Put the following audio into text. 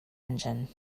engine